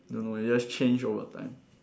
don't know you just changed over time